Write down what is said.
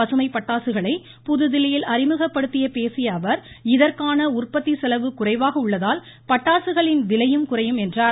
பசுமை பட்டாசுகளை புதுதில்லியில் அறிமுகப்படுத்திப் பேசியஅவர் இதற்கான உற்பத்தி செலவு குறைவாக உள்ளதால் பட்டாசுகளின் விலையும் குறையும் என்று கூறினார்